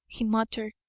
he muttered,